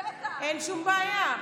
אין שום בעיה.